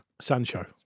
Sancho